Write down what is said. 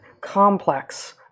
complex